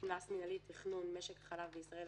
"קנס מינהלי תכנון משק החלב בישראל,